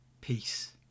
peace